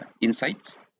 insights